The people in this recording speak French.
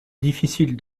difficile